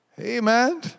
Amen